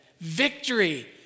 victory